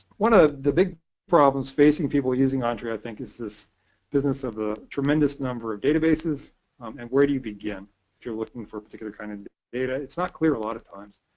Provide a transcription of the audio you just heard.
one of ah the big problems facing people using ah entrez, i think, is this business of the tremendous number of databases and where do you begin if you're looking for a particular kind of data? it's not clear a lot of times.